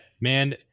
Man